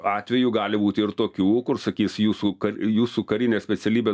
atvejų gali būti ir tokių kur sakys jūsų jūsų karinės specialybės